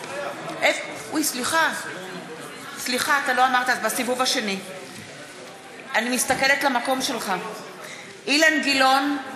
אילן גילאון,